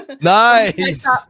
Nice